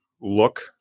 look